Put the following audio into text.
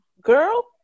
Girl